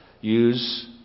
use